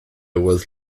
was